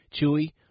Chewie